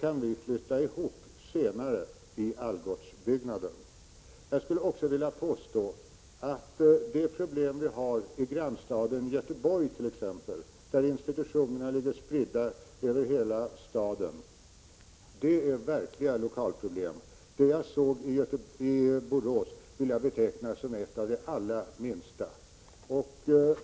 kan vi senare flytta ihop de båda delarna av utbildningen i Algotsbyggnaden. Jag skulle vilja påstå att de problem vi har i t.ex. grannstaden Göteborg, där institutionerna ligger spridda över hela staden, är verkliga lokalproblem. Det jag har sett i Borås vill jag beteckna som ett av de allra minsta problemen.